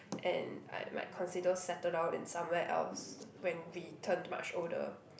and I might consider settle down in somewhere else when we turn much older